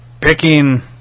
picking